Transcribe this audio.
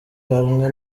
hamwe